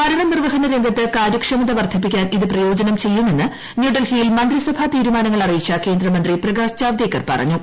ഭരണ നിർവ്വഹണ രംഗത്ത് കാര്യക്ഷമത വർധിപ്പിക്കാൻ ഇത് പ്രയോജനം ചെയ്യുമെന്ന് ന്യൂഡൽഹിയിൽ മന്ത്രിസഭാ ്തീരുമാനങ്ങൾ അറിയിച്ച കേന്ദ്രമന്ത്രി പ്രകാശ് ജാവ്ദേക്കർ പറഞ്ഞു